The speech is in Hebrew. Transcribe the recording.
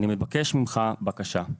אני מבקש ממך בקשה.